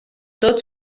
tot